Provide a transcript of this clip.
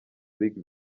league